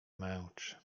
męczy